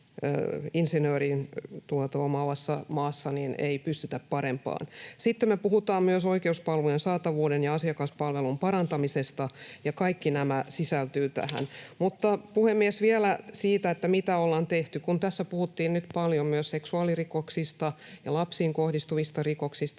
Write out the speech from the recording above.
insinöörituoton omaavassa maassa ei pystytä parempaan. Sitten me puhutaan myös oikeuspalvelujen saatavuuden ja asiakaspalvelun parantamisesta, ja kaikki nämä sisältyvät tähän. Mutta, puhemies, vielä siitä, mitä ollaan tehty: Kun tässä puhuttiin paljon myös seksuaalirikoksista ja lapsiin kohdistuvista rikoksista,